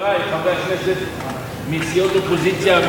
חברי חברי הכנסת מסיעות אופוזיציה,